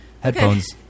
headphones